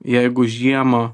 jeigu žiemą